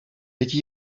peki